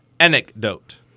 Anecdote